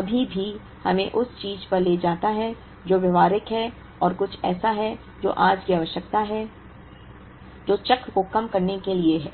अभी भी हमें उस चीज़ पर ले जाता है जो व्यावहारिक है और कुछ ऐसा है जो आज की आवश्यकता है जो चक्र को कम करने के लिए है